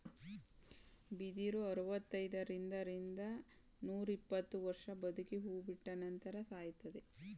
ಬಿದಿರು ಅರವೃತೈದರಿಂದ ರಿಂದ ನೂರಿಪ್ಪತ್ತು ವರ್ಷ ಬದುಕಿ ಹೂ ಬಿಟ್ಟ ನಂತರ ಸಾಯುತ್ತದೆ